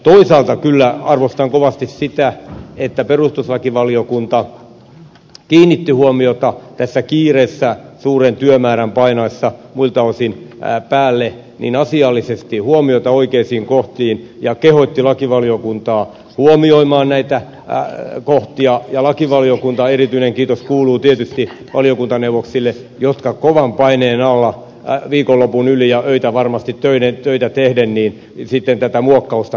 toisaalta kyllä arvostan kovasti sitä että perustuslakivaliokunta kiinnitti tässä kiireessä suuren työmäärän painaessa muilta osin päälle asiallisesti huomiota oikeisiin kohtiin ja kehotti lakivaliokuntaa huomioimaan näitä kohtia ja lakivaliokunnan osalta erityinen kiitos kuuluu tietysti valiokuntaneuvoksille jotka kovan paineen alla viikonlopun yli ja öitä varmasti töitä tehden tätä muokkausta tekivät